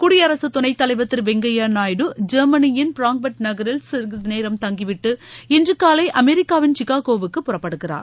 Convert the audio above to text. குடியரசுத் துணைத் தலைவா் திரு வெங்கையா நாயுடு ஜெர்மனியின் ஃபிராங்பட் நகரில் சிறிதுநேரம் தங்கிவிட்டு இன்றுகாலை அமெரிக்காவின் சிகாகோவுக்கு புறப்படுகிறார்